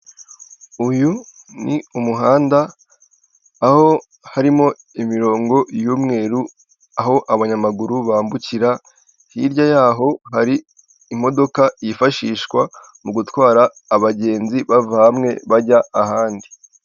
Uyu ni umuhanda, aho harimo imirongo y'umweru aho abanyamaguru bambukira, hirya y'aho hari imodoka yifashishwa mu gutwara abagenzi bava hamwe, bajya ahandi.